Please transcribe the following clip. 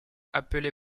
appelé